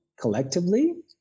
collectively